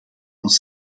ons